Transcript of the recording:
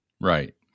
Right